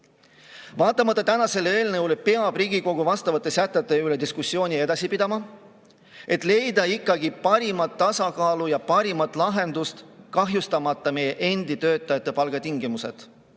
Vaatamata tänasele eelnõule peab Riigikogu vastavate sätete üle diskussiooni edasi pidama, et leida parim tasakaal ja parim lahendus, kahjustamata meie endi töötajate palgatingimusi,